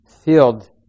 field